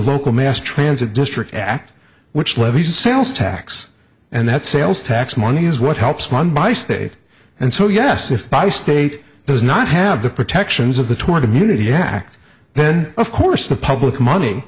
local mass transit district act which levies sales tax and that sales tax money is what helps one by state and so yes if by state does not have the protections of the tour community act then of course the public money